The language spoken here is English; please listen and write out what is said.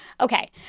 Okay